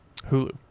Hulu